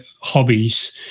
hobbies